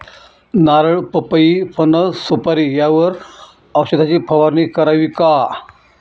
नारळ, पपई, फणस, सुपारी यावर औषधाची फवारणी करावी का?